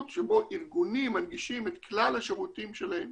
שבו ארגונים מנגישים את כלל השירותים שלהם